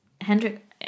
Hendrik